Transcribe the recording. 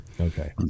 Okay